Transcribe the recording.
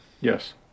yes